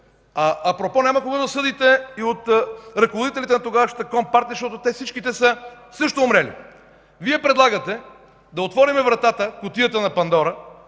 Апропо, няма кого да съдите и от ръководителите на тогавашната Компартия, защото всички те също са умрели! Вие предлагате да отворим вратата, Кутията на Пандора,